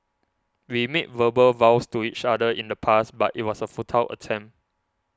we made verbal vows to each other in the past but it was a futile attempt